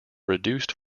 reduced